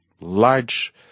large